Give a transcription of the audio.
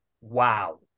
wow